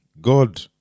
God